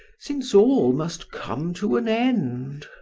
since all must come to an end?